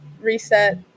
reset